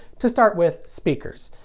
to start with, speakers.